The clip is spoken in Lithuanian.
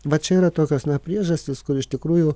va čia yra tokios priežastys kur iš tikrųjų